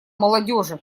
молодежи